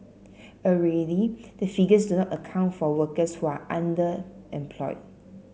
already the figures do not account for workers who are underemployed